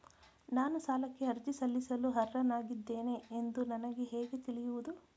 ನಾನು ಸಾಲಕ್ಕೆ ಅರ್ಜಿ ಸಲ್ಲಿಸಲು ಅರ್ಹನಾಗಿದ್ದೇನೆ ಎಂದು ನನಗೆ ಹೇಗೆ ತಿಳಿಯುವುದು?